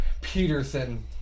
Peterson